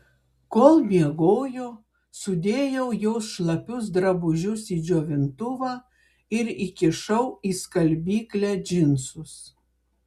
kol miegojo sudėjau jos šlapius drabužius į džiovintuvą ir įkišau į skalbyklę džinsus